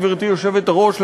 גברתי היושבת-ראש,